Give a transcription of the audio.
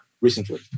recently